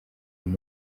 uyu